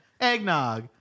eggnog